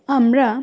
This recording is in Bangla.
আমরা